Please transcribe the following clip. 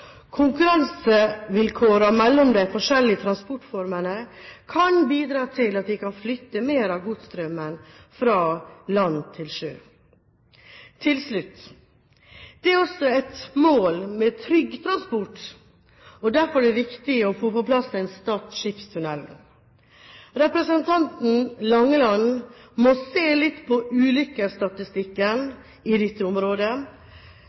mellom de forskjellige transportformene kan bidra til at vi kan flytte mer av godsstrømmen fra land til sjø. Til slutt: Det er også et mål med trygg transport. Derfor er det viktig å få på plass Stad skipstunnel. Representanten Langeland må se litt på